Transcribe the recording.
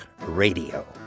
radio